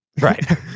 Right